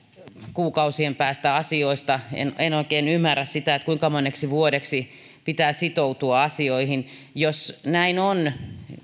kuukausien päästä en en oikein ymmärrä kuinka moneksi vuodeksi pitää sitoutua asioihin jos näin on